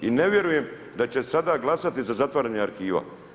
I ne vjerujem da će sada glasati za zatvaranje arhiva.